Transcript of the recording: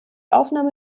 aufnahme